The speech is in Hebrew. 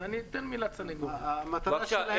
היועץ המשפטי, בבקשה.